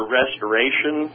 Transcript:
restoration